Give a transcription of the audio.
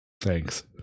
Thanks